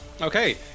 Okay